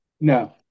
No